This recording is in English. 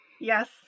Yes